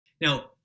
Now